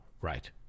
Right